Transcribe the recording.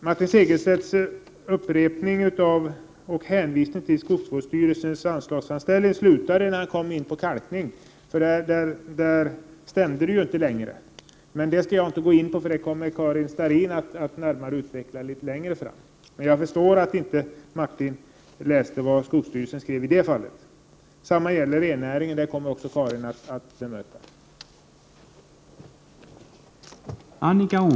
Martin Segerstedts upprepning av och hänvisning till skogsstyrelsens anslagsframställning slutade när han kom in på kalkning, för där stämde det ju inte längre. Det skall jag inte gå in på, för det kommer Karin Starrin att närmare utveckla litet längre fram. Men jag förstår att Martin Segerstedt inte läste vad skogsstyrelsen skrev i det fallet. Även när det gäller rennäringen kommer Karin Starrin att bemöta vad Martin Segerstedt hade att säga.